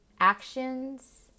actions